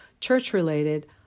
church-related